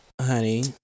Honey